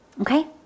Okay